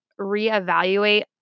reevaluate